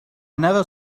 never